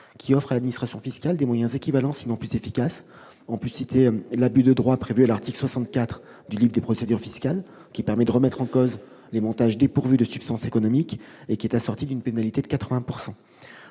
qui offrent à l'administration fiscale des moyens équivalents, sinon plus efficaces. On peut citer l'abus de droit, prévu à l'article L. 64 du livre des procédures fiscales, qui permet de remettre en cause les montages dépourvus de substance économique et qui est assorti d'une pénalité de 80 %.